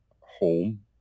home